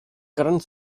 current